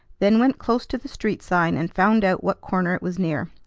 then went close to the street sign, and found out what corner it was near.